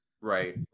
right